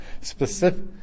specific